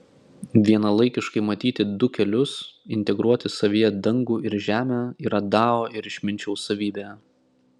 vienalaikiškai matyti du kelius integruoti savyje dangų ir žemę yra dao ir išminčiaus savybė